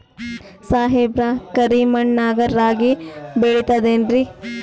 ಸಾಹೇಬ್ರ, ಕರಿ ಮಣ್ ನಾಗ ರಾಗಿ ಬೆಳಿತದೇನ್ರಿ?